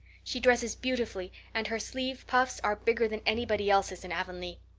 she dresses beautifully, and her sleeve puffs are bigger than anybody else's in avonlea.